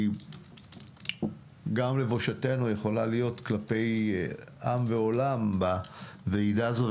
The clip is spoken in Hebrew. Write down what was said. כי בושתנו יכולה להיות כלפי עם ועולם בוועידה הזו,